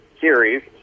series